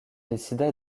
décida